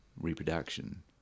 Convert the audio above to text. reproduction